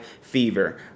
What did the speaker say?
fever